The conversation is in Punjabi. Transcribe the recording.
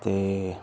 ਅਤੇ